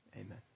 amen